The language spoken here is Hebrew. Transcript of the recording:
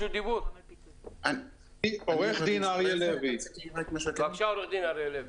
בבקשה, עו"ד אריה לוי.